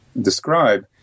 describe